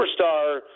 superstar